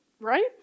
Right